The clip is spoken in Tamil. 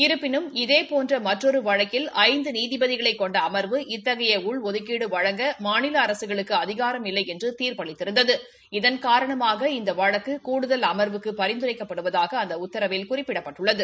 இருப்பினும் இதேபோன்ற மற்றொரு வழக்கில் ஐந்து நீதிபதிகளைக் கொண்ட அமா்வு இத்தகைய உள்ஒதுக்கீடு வழங்க மாநில அரசுகளுக்கு அதிகாரம் இல்லை என்று தீர்ப்பு அளித்திருந்தது இதன் காரணமாக இந்த வழக்கு கூடுதல் அமா்வுக்கு பரிந்துரைக்கப்படுவதாக அந்த உத்தரவில் குறிப்பிடப்பட்டுள்ளது